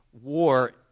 war